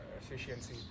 efficiency